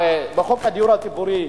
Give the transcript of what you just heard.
הרי בחוק הדיור הציבורי